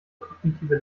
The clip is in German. kognitive